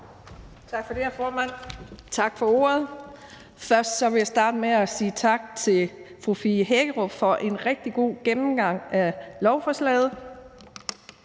Tak for det, hr. formand, tak for ordet. Først vil jeg starte med at sige tak til fru Fie Hækkerup for en rigtig god gennemgang af lovforslaget.